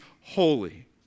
holy